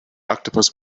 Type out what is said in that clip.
octopus